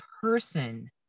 person